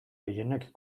gehienek